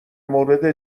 مورد